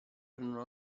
erano